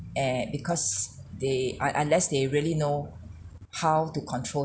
err because they un~ unless they really know how to control